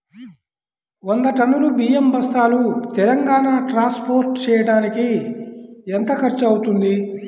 వంద టన్నులు బియ్యం బస్తాలు తెలంగాణ ట్రాస్పోర్ట్ చేయటానికి కి ఎంత ఖర్చు అవుతుంది?